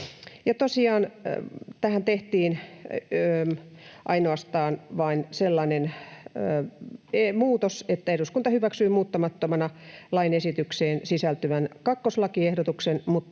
tähän tehtiin ainoastaan sellainen muutos, että eduskunta hyväksyy muuttamattomana hallituksen esitykseen sisältyvän kakkoslakiehdotuksen